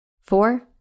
Four